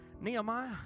Nehemiah